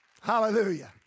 Hallelujah